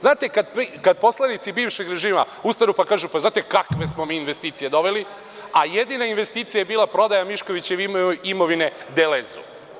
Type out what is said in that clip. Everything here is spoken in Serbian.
Znate, poslanici bivšeg režima ustanu pa kažu – znate kakve smo mi investicije doveli, a jedina investicija je bila prodaja Miškovićeve imovine „Deleze“